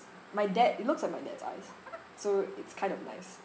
my dad it looks like my dad's eyes so it's kind of nice